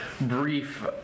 brief